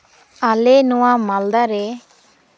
ᱟᱞᱮ ᱱᱚᱣᱟ ᱢᱟᱞᱫᱟ ᱨᱮ